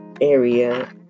area